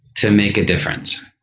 to make a difference.